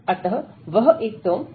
अतः वह एक टर्म होगी